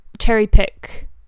cherry-pick